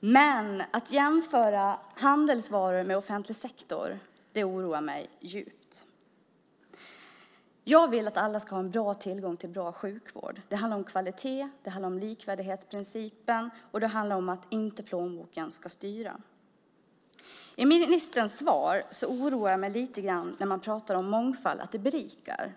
man jämför handelsvaror med offentlig sektor oroar mig djupt. Jag vill att alla ska ha bra tillgång till bra sjukvård. Det handlar om kvalitet och det handlar om likvärdighetsprincipen och om att det inte är plånboken som ska styra. Det oroar mig lite att ministern i sitt svar pratar om att mångfald berikar.